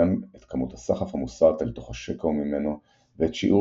ומכאן את כמות הסחף המוסעת אל תוך השקע וממנו ואת שיעור